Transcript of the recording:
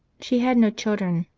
she had no children,